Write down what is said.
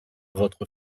votre